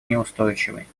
неустойчивой